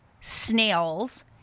snails